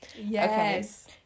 Yes